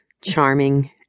charming